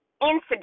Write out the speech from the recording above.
incident